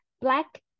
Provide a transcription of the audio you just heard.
black